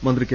മന്ത്രി കെ